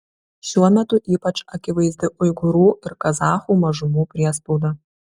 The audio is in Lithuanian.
šiuo metu ypač akivaizdi uigūrų ir kazachų mažumų priespauda